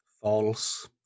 False